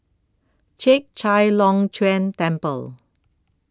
Chek Chai Long Chuen Temple